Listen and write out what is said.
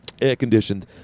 Air-conditioned